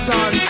Son